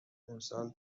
امسال